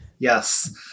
Yes